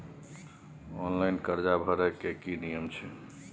Online कर्जा भरै के की नियम छै?